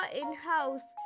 in-house